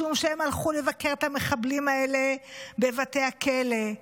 משום שהם הלכו לבקר את המחבלים האלה בבתי הכלא,